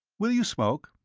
will you smoke?